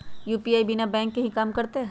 UPI बिना bank के भी कम करतै?